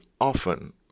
often